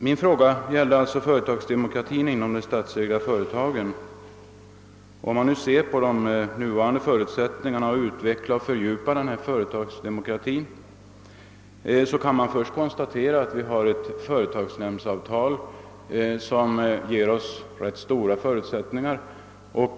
Min fråga gällde alltså företagsdemokrati inom de statsägda företagen. Om man nu ser på de nuvarande förutsättningarna att utveckla och fördjupa denna företagsdemokrati, kan man först konstatera att vi har ett företagsnämndsavtal, som ger oss rätt stora förutsättningar.